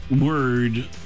word